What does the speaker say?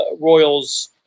Royals